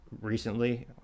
recently